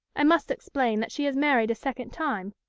i must explain that she has married a second time,